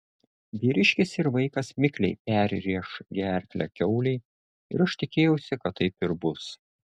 vyriškis ir vaikas mikliai perrėš gerklę kiaulei ir aš tikėjausi kad taip ir bus